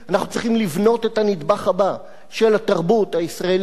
אנחנו צריכים לבנות את הנדבך הבא של התרבות הישראלית,